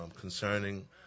concerning